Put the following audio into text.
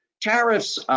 tariffs